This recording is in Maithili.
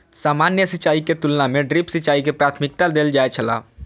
सामान्य सिंचाई के तुलना में ड्रिप सिंचाई के प्राथमिकता देल जाय छला